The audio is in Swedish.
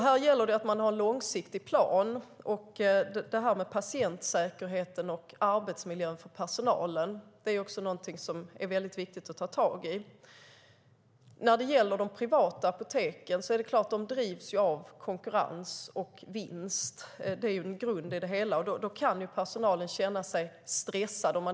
Här gäller det därför att ha en långsiktig plan. Dessutom är patientsäkerheten och arbetsmiljön för personalen viktiga frågor att ta tag i. De privata apoteken drivs i konkurrens och i vinstsyfte - det är grunden för dem - och när organisationen slimmas kan personalen känna sig stressad.